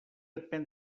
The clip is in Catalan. admet